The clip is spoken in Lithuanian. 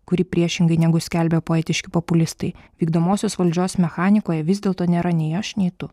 kuri priešingai negu skelbia poetiški populistai vykdomosios valdžios mechanikoje vis dėlto nėra nei aš nei tu